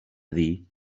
dir